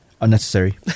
Unnecessary